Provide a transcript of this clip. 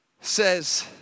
says